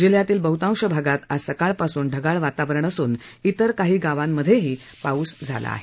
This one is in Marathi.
जिल्ह्यातील बहतांश भागात आज सकाळ पासून ढगाळ वातावरण असून इतर काही गांवामध्येही पाऊस झाला आहे